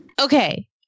Okay